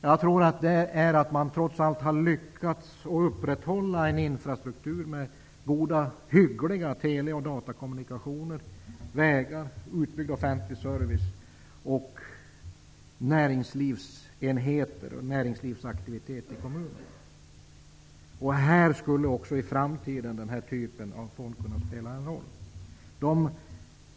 Jag tror att det beror på att man trots allt har lyckats upprätthålla en infrastruktur med hyggliga tele och datakommunikationer, vägar, utbyggd offentlig service och näringslivsaktiviteter i kommunerna. I framtiden kan den typen av fonder spela en roll.